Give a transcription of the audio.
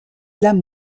lames